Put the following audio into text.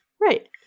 Right